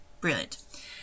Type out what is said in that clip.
Brilliant